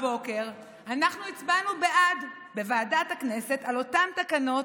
הבוקר אנחנו הצבענו בעד בוועדת הכנסת על אותן תקנות,